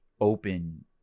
open